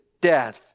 death